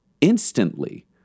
instantly